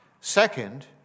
Second